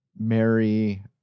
Mary